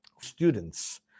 students